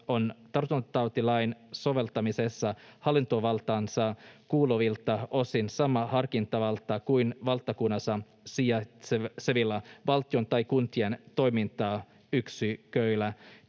on tartuntatautilain soveltamisessa hallintovaltaansa kuuluvilta osin sama harkintavalta kuin valtakunnassa sijaitsevilla valtion tai kuntien toimintayksiköillä